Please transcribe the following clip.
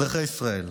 אזרחי ישראל,